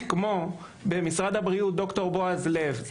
כמו ד"ר בועז לב במשרד הבריאות,